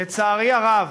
לצערי הרב,